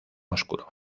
oscuro